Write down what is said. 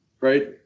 right